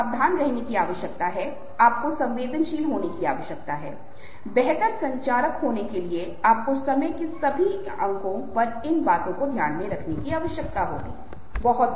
क्योंकि अन्य लोगों की भावनाओं को समझना आपको बेहतर संचार की दिशा में एक बार आगे ले जाता है क्योंकि यह बेहतर सुनने बेहतर समझ का हिस्सा है और इसलिए मुझे उम्मीद है कि यह छोटी बात आपके लिए सार्थक रही है